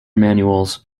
manuals